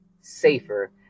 safer